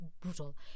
brutal